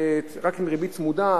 רק עם ריבית צמודה,